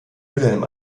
wilhelm